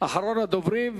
אחרון הדוברים.